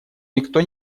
никто